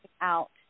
out